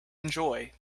enjoy